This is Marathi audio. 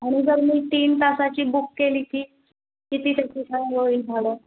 आणि जर मी तीन तासाची बुक केली की किती भाडं